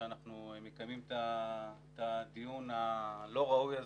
שאנחנו מקיימים את הדיון הלא ראוי הזה,